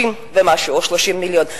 30 ומשהו, או 30 מיליון.